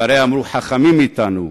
שהרי אמרו חכמים מאתנו: